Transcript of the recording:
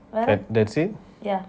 that's that's it